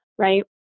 Right